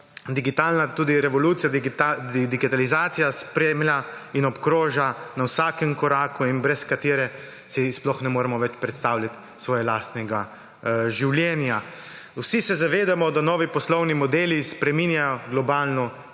digitalna, tudi revolucija, digitalizacija, spremlja in obkroža na vsakem koraku in brez katere si sploh ne moremo več predstavljati svojega lastnega življenja. Vsi se zavedamo, da novi poslovni modeli spreminjajo globalno ekonomijo